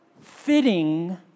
fitting